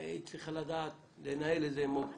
והיא צריכה לדעת איפה הילד